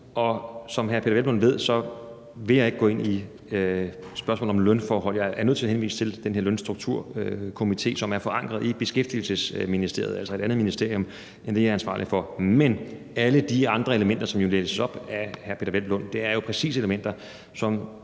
som hr. Peder Hvelplund ved, vil jeg ikke gå ind i spørgsmålet om lønforhold. Jeg er nødt til at henvise til den her Lønstrukturkomité, som er forankret i Beskæftigelsesministeriet, altså et andet ministerium end det, jeg er ansvarlig for. Men alle de andre elementer, som læses op af hr. Peder Hvelplund, er jo præcis elementer, som